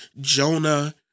Jonah